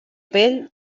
pell